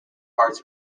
parts